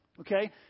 okay